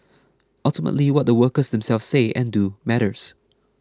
ultimately what the workers themselves say and do matters